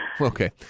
Okay